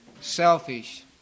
selfish